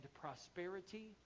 prosperity